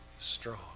strong